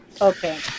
okay